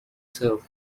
served